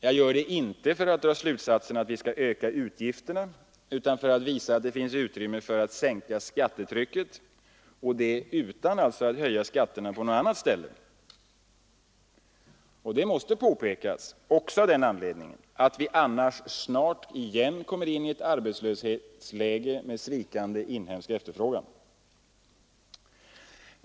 Jag gör det inte för att dra slutsatsen att vi skall öka utgifterna men för att visa att det finns utrymme för att sänka skattetrycket utan att höja skatterna på något annat ställe. Det måste påpekas också av den anledningen att vi annars snart igen kommer in i ett arbetslöshetsläge med sviktande inhemsk efterfrågan.